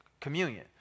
Communion